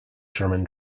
german